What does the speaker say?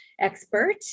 expert